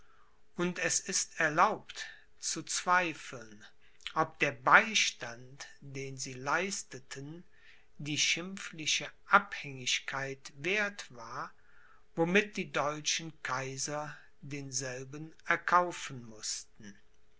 und es ist erlaubt zu zweifeln ob der beistand den sie leisteten die schimpfliche abhängigkeit werth war womit die deutschen kaiser denselben erkaufen mußten